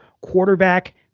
quarterback